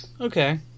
Okay